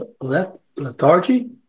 lethargy